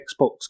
Xbox